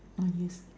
ah yes